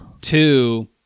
Two